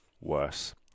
worse